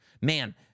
man